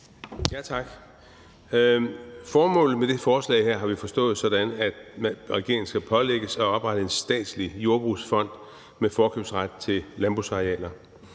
Tak. Formålet med det forslag her har vi forstået sådan, at regeringen skal pålægges at oprette en statslig jordbrugsfond med forkøbsret til landbrugsarealer.